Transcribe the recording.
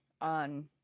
on